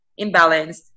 imbalanced